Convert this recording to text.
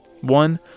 One